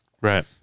Right